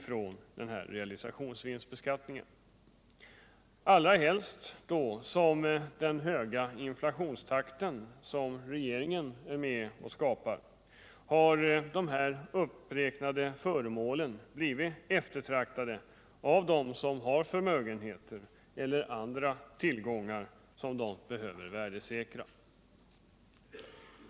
från realisationsvinstbeskattning, allra helst som den höga inflationstakt som regeringen är med och skapar gör att de uppräknade föremålen blivit eftertraktade av dem som har förmögenheter som de behöver värdesäkra.